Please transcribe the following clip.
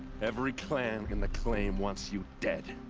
every clan in the claim wants you dead.